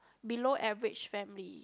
below average family